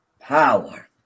power